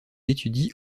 étudie